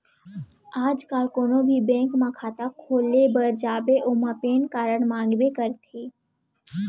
आज काल कोनों भी बेंक म खाता खोले बर जाबे ओमा पेन कारड मांगबे करथे